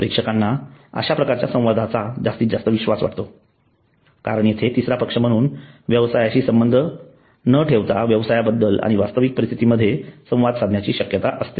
प्रेक्षकांना अश्या प्रकारच्या संवादाचा जास्तीत जास्त विश्वास वाटतो कारण येथे तिसरा पक्ष म्हणून व्यवसायाशी थेट संबंध न ठेवता व्यवसायाबद्दल आणि वास्तविक परिस्थिती मध्ये संवाद साधण्याची शक्यता असते